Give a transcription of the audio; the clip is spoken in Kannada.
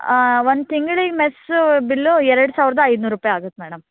ಹಾಂ ಒಂದು ತಿಂಗ್ಳಿಗೆ ಮೆಸ್ಸು ಬಿಲ್ಲು ಎರಡು ಸಾವಿರದ ಐನೂರು ರೂಪಾಯಿ ಆಗತ್ತೆ ಮೇಡಮ್